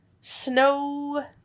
snow